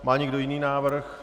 Má někdo jiný návrh?